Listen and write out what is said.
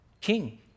King